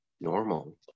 normal